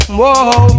whoa